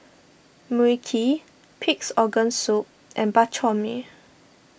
Mui Kee Pig's Organ Soup and Bak Chor Mee